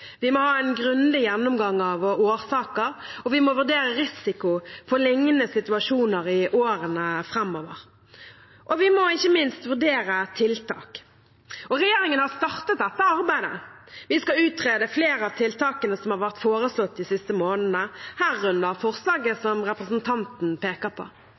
Vi må ha en grundig gjennomgang av årsaker, og vi må vurdere risiko for liknende situasjoner i årene framover. Vi må ikke minst også vurdere tiltak. Regjeringen har startet dette arbeidet. Vi skal utrede flere av tiltakene som har vært foreslått de siste månedene, herunder forslaget som representanten peker på.